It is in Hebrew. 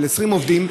20 עובדים,